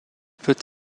peut